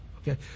okay